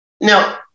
Now